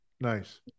nice